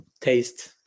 taste